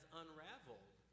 unraveled